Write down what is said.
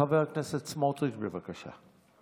חבר הכנסת סמוטריץ', בבקשה.